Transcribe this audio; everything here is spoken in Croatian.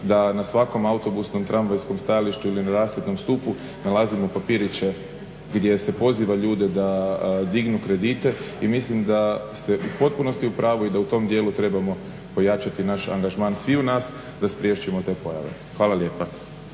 da na svakom autobusnom, tramvajskom stajalištu ili na rasvjetnom stupu nalazimo papiriće gdje se poziva ljude da dignu kredite. I mislim da ste u potpunosti u pravu i da u tom dijelu trebamo pojačati naš angažman sviju nas da spriječimo te pojave. Hvala lijepa.